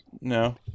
No